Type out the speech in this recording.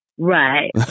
Right